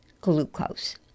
Glucose